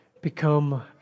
become